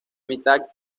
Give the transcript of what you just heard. mitad